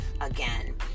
again